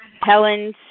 Helen